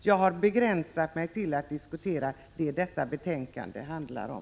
Jag har begränsat mig till att diskutera vad detta betänkande handlar om.